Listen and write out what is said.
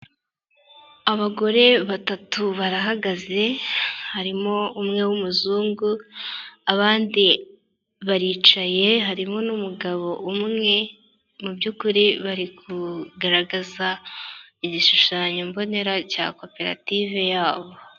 Abagore batatu barahagaze, harimo umwe w'umuzungu, abandi baricaye harimo n'umugabo umwe, mu by'ukuri bari kugaragaza igishushanyo mbonera cya koperative yabo.